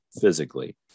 physically